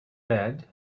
bed